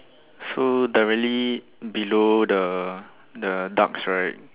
so directly below the the ducks right